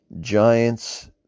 Giants